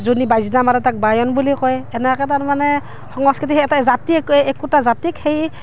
যোনে বাইজনা মাৰে তাক বায়ন বুলি কয় এনেকৈ তাৰমানে সংস্কৃতি সেই এটা জাতিক একোটা জাতিক সেই